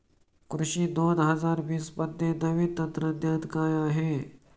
कृषी दोन हजार वीसमध्ये नवीन तंत्रज्ञान काय आहे?